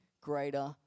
greater